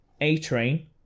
A-Train